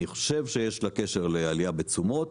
אני חושב שיש לה קשר לעלייה בתשומות,